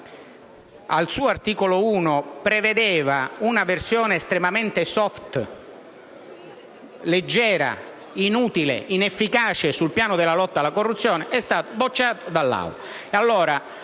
al suo articolo 1 prevedeva una versione estremamente *soft*, leggera, inutile, inefficace sul piano della lotta alla corruzione, è stato bocciato dall'Aula.